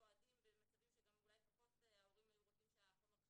מתועדים במצבים שההורים אולי פחות היו רוצים שהחומר עכשיו